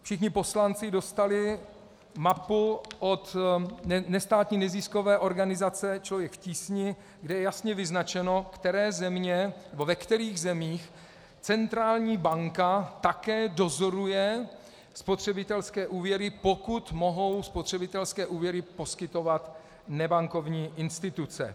Všichni poslanci dostali mapu od nestátní neziskové organizace Člověk v tísni, kde je jasně vyznačeno, ve kterých zemích centrální banka také dozoruje spotřebitelské úvěry, pokud mohou spotřebitelské úvěry poskytovat nebankovní instituce.